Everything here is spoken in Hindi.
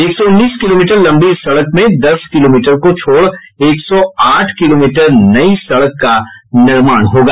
एक सौ उन्नीस किलोमीटर लंबी इस सड़क में दस किलोमीटर को छोड़ एक सौ आठ किलोमीटर नई सड़क का निर्माण होगा